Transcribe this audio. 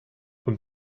und